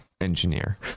engineer